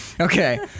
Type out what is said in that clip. Okay